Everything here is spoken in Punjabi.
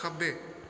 ਖੱਬੇ